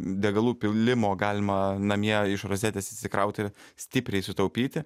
degalų pylimo galima namie iš rozetėsįsikrauti stipriai sutaupyti